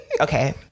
Okay